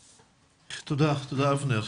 תודה, אבנר.